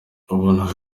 wabonaga